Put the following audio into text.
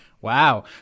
wow